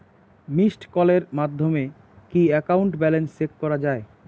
Missed কলের মাধ্যমে কি একাউন্ট ব্যালেন্স চেক করা যায়?